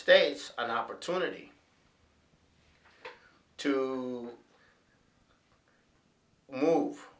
states an opportunity to move